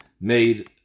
made